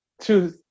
two